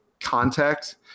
contact